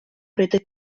пройти